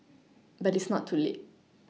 but it's not too late